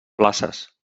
places